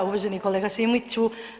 Uvaženi kolega Šimiću.